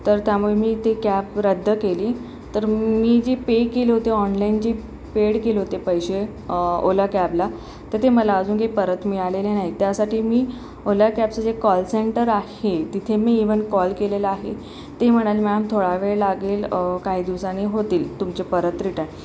तर त्यामुळे मी ती कॅब रद्द केली तर मी जे पे केले होतो ऑनलाईन जे पेड केले होते पैसे ओला कॅबला तर ते मला अजून काही परत मिळालेले नाहीत त्यासाठी मी ओला कॅबचे जे कॉल सेंटर आहे तिथे मी इव्हन कॉल केलेला आहे ते म्हणाले मॅम थोडा वेळ लागेल काही दिवसानी होतील तुमचे परत रिटर्न